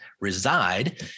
reside